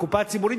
הקופה הציבורית,